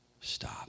stop